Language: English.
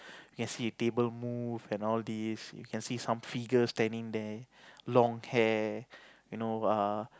you can see the table move and all these you can see some figures standing there